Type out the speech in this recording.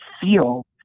feel